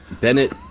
Bennett